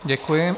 Děkuji.